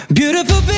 beautiful